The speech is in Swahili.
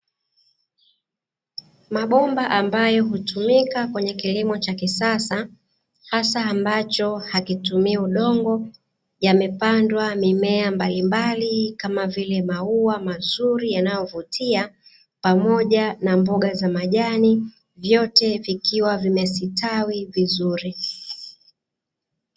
Mabomba ambayo hutumika kwenye kilimo cha kisasa hasa ambacho hakitumii udongo, yamepandwa mimea mbalimbali kama vile maua mazuri yanayovutia, pamoja na mboga za majani vyote vikiwa vimestawi vizuri.